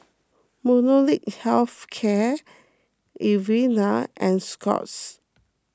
Molnylcke Health Care Avene and Scott's